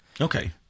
Okay